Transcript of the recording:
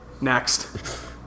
Next